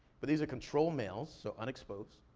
but these are controlled males, so unexposed.